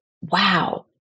wow